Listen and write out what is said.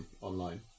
online